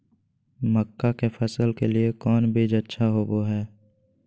मक्का के फसल के लिए कौन बीज अच्छा होबो हाय?